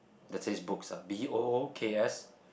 that says books ah B_O_O_K_S